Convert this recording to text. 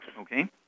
Okay